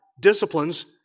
disciplines